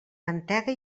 mantega